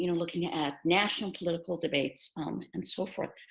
you know looking at national political debates um and so forth.